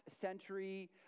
century